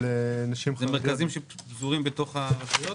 זה מרכזים שפזורים בתוך הרשויות.